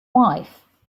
wife